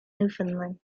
newfoundland